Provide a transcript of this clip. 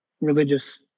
religious